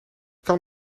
kan